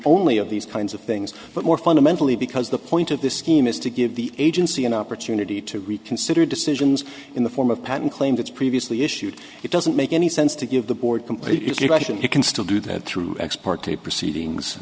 only of these kinds of things but more fundamentally because the point of this scheme is to give the agency an opportunity to reconsider decisions in the form of patent claims it's previously issued it doesn't make any sense to give the board completely question you can still do that through ex parte proceedings